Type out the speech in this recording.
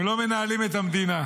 הם לא מנהלים את המדינה.